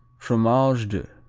fromage d'